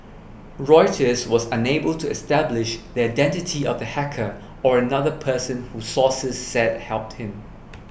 Reuters was unable to establish the identity of the hacker or another person who sources said helped him